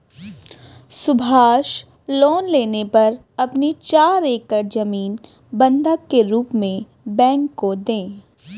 Subhash loan लेने पर अपनी चार एकड़ जमीन बंधक के रूप में बैंक को दें